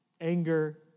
anger